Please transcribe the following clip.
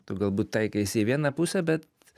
tu galbūt taikaisi į vieną pusę bet